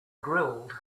grilled